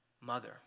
mother